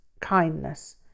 kindness